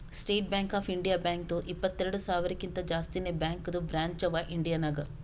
state Bank of India ಬ್ಯಾಂಕ್ದು ಇಪ್ಪತ್ತೆರೆಡ್ ಸಾವಿರಕಿಂತಾ ಜಾಸ್ತಿನೇ ಬ್ಯಾಂಕದು ಬ್ರ್ಯಾಂಚ್ ಅವಾ ಇಂಡಿಯಾ ನಾಗ್